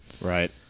right